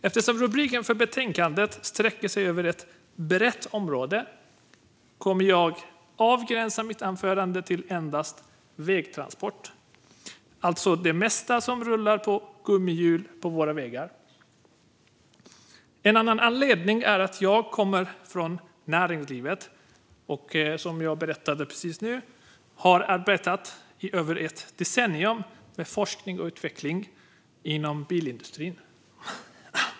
Eftersom rubriken för betänkandet sträcker sig över ett brett område kommer jag att avgränsa mitt anförande till endast vägtransport, alltså det mesta som rullar på gummihjul på våra vägar. En annan anledning är att jag kommer från näringslivet. Som jag just berättade har jag arbetat i över ett decennium med forskning och utveckling inom bilindustrin.